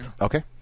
Okay